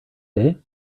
day